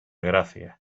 gracias